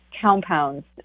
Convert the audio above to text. compounds